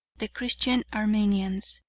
the christian armenians.